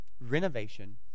renovation